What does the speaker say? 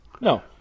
No